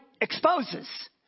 exposes